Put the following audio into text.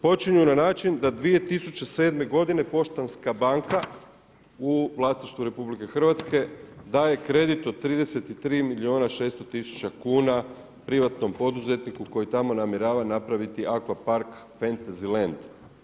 Počinju na način da 2007 godine Poštanska banka u vlasništvu RH daje kredit od 33 milijuna 600 tisuća kuna privatnom poduzetniku koji tamo namjerava napraviti aqua park Fantasy land.